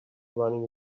running